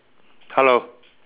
hello